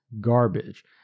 garbage